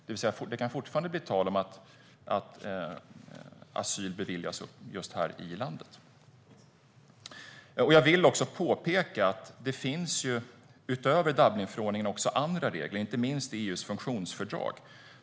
Det kan alltså fortfarande bli tal om att asyl beviljas här i landet. Jag vill också påpeka att det utöver Dublinförordningen finns andra regler, inte minst i EU:s funktionsfördrag.